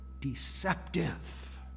deceptive